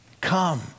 come